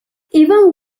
even